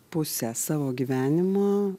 pusę savo gyvenimo